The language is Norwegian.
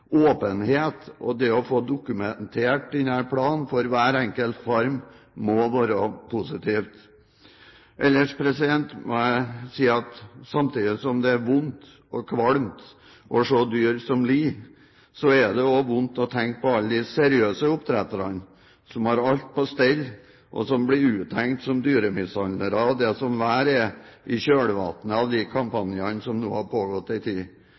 å få dokumentert denne planen for hver enkelt farm, må være positivt. Ellers må jeg si at samtidig som det er vondt og kvalmt å se dyr som lider, er det også vondt å tenke på alle de seriøse oppdretterne som har alt på stell, og som blir uthengt som dyremishandlere og det som verre er, i kjølvannet av de kampanjene som nå har pågått en tid.